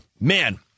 man